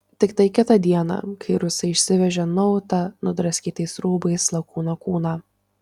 tiktai kitą dieną kai rusai išsivežė nuautą nudraskytais rūbais lakūno kūną